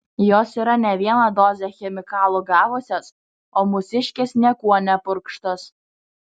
jos yra ne vieną dozę chemikalų gavusios o mūsiškės niekuo nepurkštos